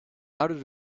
outed